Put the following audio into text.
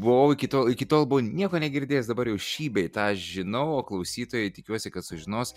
buvau iki tol iki tol buvau nieko negirdėjęs dabar jau šį bei tą žinau o klausytojai tikiuosi kad sužinos